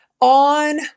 On